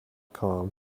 com